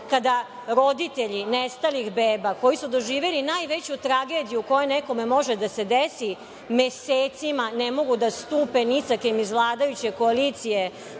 kada roditelji nestalih beba, koji su doživeli najveću tragediju koja nekome može da se desi, mesecima ne mogu da stupe ni sa kim iz vladajuće koalicije